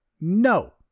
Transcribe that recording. No